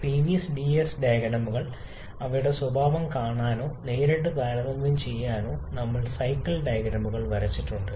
Pv Ts ഡയഗ്രമുകൾ അവയുടെ സ്വഭാവം കാണാനോ നേരിട്ട് താരതമ്യം ചെയ്യാനോ നമ്മൾ സൈക്കിൾ ഡയഗ്രമുകൾ വരച്ചിട്ടുണ്ട്